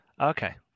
Okay